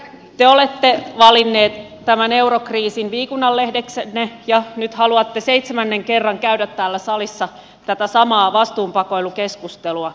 te olette valinneet tämän eurokriisin viikunanlehdeksenne ja nyt haluatte seitsemännen kerran käydä täällä salissa tätä samaa vastuun pakoilu keskustelua